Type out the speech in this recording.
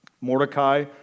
Mordecai